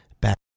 back